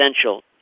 essential